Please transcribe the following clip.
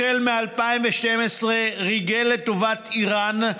מ-2012 ריגל לטובת איראן,